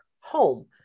home